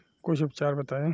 कुछ उपचार बताई?